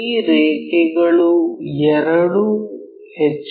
ಈ ರೇಖೆಗಳು ಎರಡೂ ಎಚ್